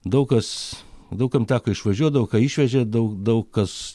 daug kas daug kam teko išvažiuoti daug ką išvežė daug daug kas